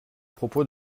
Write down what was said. propos